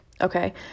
okay